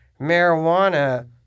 marijuana